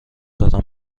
دارم